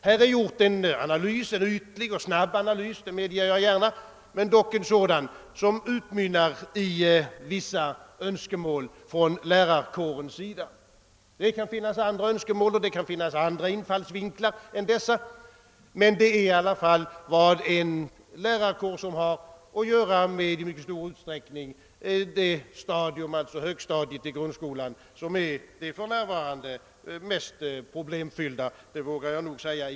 Där har gjorts en, jag medger gärna ytlig och snabb, men dock analys, som utmynnar i vissa önskemål från lärarkåren. Det kan finnas även andra infallsvinklar och önskemål än dessa, men i skriften anges ändå vad den lärarkår vill framhålla som i mycket stor utsträckning har att göra med högstadiet i grundskolan, som är den del av skolan som för närvarande är den mest problemfyllda.